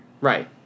Right